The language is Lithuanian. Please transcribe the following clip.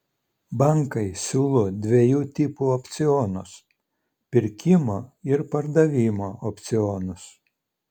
bankai siūlo dviejų tipų opcionus pirkimo ir pardavimo opcionus